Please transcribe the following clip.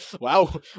wow